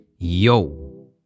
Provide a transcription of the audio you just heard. Yo